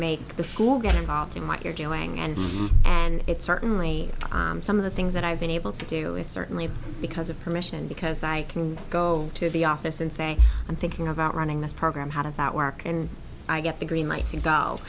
make the school get involved in what you're doing and and it's certainly some of the things that i've been able to do is certainly because of permission because i can go to the office and say i'm thinking about running this program how does that work and i get the green light